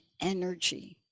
energy